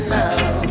now